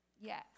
Yes